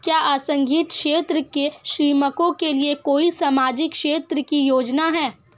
क्या असंगठित क्षेत्र के श्रमिकों के लिए कोई सामाजिक क्षेत्र की योजना है?